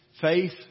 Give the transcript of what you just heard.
faith